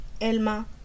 elma